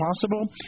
possible